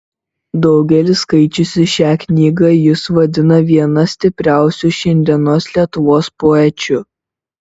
daugelis skaičiusių šią knygą jus vadina viena stipriausių šiandienos lietuvos poečių